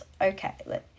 okay